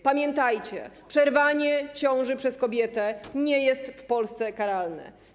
Pamiętajcie: przerwanie ciąży przez kobietę nie jest w Polsce karalne.